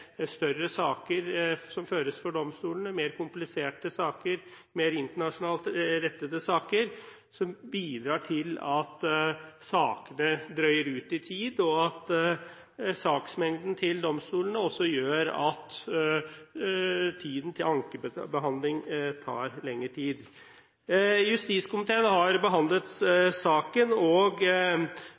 større saker som føres for domstolene, mer kompliserte og mer internasjonalt rettede saker, som bidrar til at sakene drøyer i tid, og at saksmengden til domstolene også gjør at ankebehandling tar lengre tid. Justiskomiteen har behandlet saken, og